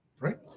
right